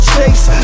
Chase